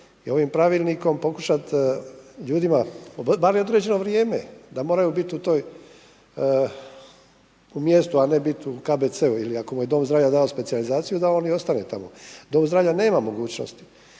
ovim pravilnikom pokušati ljudima bar određeno vrijeme da moraju biti u tom mjestu, a ne biti u KBC-u ili ako mu je dom zdravlja dao specijalizaciju da on i ostane tamo. Dom zdravlja nema mogućnosti